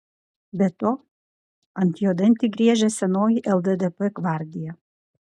be to ant jo dantį griežia senoji lddp gvardija